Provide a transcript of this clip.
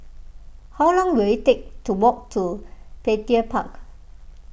how long will it take to walk to Petir Park